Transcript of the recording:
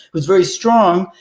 who's very strong,